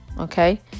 Okay